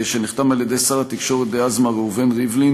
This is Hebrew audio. שנחתם על-ידי שר התקשורת דאז מר ראובן ריבלין,